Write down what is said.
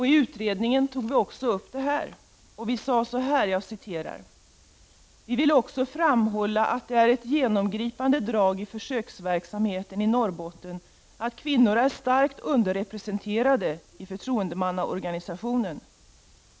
I utredningen togs också detta upp. Utredningen sade: ”Vi vill också framhålla att det är ett genomgripande drag i försöksverksamheten i Norrbotten att kvinnor är starkt underrepresenterade i förtroendemannaorganisationen.